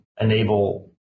enable